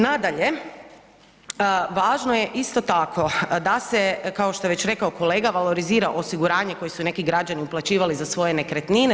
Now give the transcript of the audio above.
Nadalje, važno je isto tako da se, kao što je već rekao kolega, valorizira osiguranje koji su neki građani uplaćivali za svoje nekretnine.